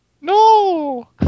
No